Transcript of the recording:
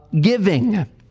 giving